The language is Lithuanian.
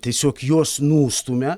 tiesiog juos nustumia